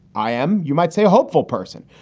i am, you might say, a hopeful person.